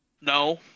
No